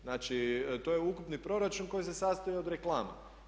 Znači, to je ukupni proračun koji se sastoji od reklama.